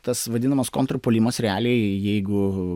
tas vadinamas kontrpuolimas realiai jeigu